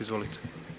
Izvolite.